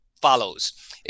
follows